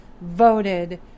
voted